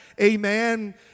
amen